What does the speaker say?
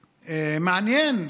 מעניין,